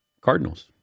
Cardinals